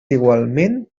igualment